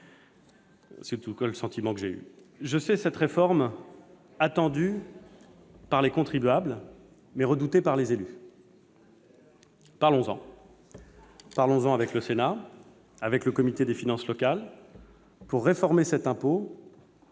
des propos que j'ai tenus hier. Je sais cette réforme attendue par les contribuables, mais redoutée par les élus. Alors, parlons-en. Parlons-en avec le Sénat et avec le Comité des finances locales pour réformer cet impôt,